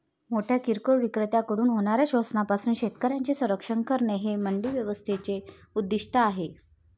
मोठ्या किरकोळ विक्रेत्यांकडून होणाऱ्या शोषणापासून शेतकऱ्यांचे संरक्षण करणे हे मंडी व्यवस्थेचे उद्दिष्ट आहे